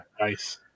Nice